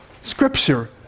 Scripture